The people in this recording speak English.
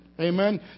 Amen